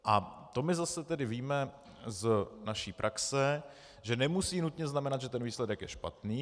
A to my zase tedy víme z naší praxe, že nemusí nutně znamenat, že ten výsledek je špatný.